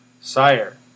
Sire